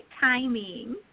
timing